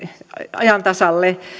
ajan tasalle